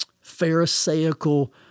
pharisaical